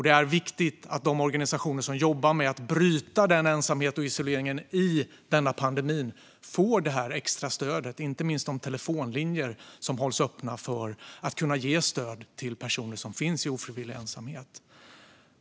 Det är viktigt att de organisationer som jobbar med att bryta ensamheten och isoleringen i denna pandemi får det här extra stödet, inte minst de telefonlinjer som hålls öppna för att kunna ge stöd till personer som finns i ofrivillig ensamhet.